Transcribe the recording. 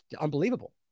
Unbelievable